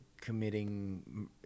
committing